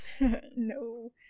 no